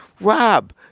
Rob